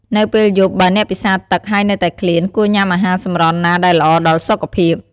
នៅពេលយប់បើអ្នកពិសារទឹកហើយនៅតែឃ្លាន គួរញុំាអាហារសម្រន់ណាដែលល្អដល់សុខភាព។